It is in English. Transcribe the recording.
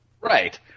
Right